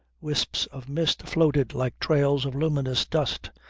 wisps of mist floated like trails of luminous dust,